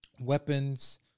weapons